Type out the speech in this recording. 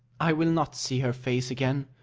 i will not see her face again.